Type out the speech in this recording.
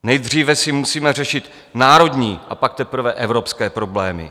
Nejdříve si musíme řešit národní, a pak teprve evropské problémy.